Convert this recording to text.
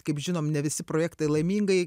kaip žinom ne visi projektai laimingai